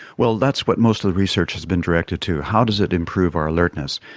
well that's what most of the research has been directed to, how does it improve our alertness?